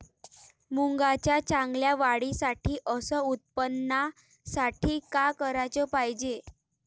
मुंगाच्या चांगल्या वाढीसाठी अस उत्पन्नासाठी का कराच पायजे?